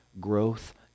growth